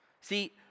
See